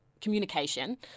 communication